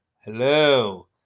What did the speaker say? Hello